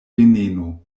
veneno